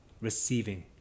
receiving